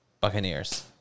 Buccaneers